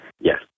Yes